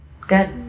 Good